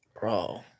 Bro